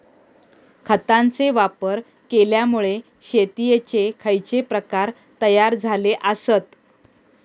खतांचे वापर केल्यामुळे शेतीयेचे खैचे प्रकार तयार झाले आसत?